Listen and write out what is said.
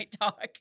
talk